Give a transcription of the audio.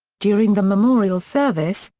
during the memorial service,